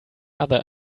other